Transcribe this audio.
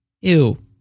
ew